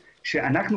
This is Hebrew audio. כאן.